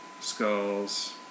skulls